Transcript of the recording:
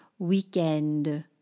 Weekend